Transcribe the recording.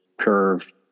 curve